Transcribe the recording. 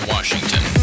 Washington